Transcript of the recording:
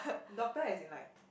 doctor as in like